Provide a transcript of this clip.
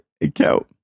account